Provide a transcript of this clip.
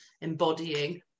embodying